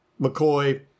McCoy